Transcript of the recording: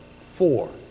Four